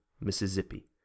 Mississippi